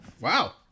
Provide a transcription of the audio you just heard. Wow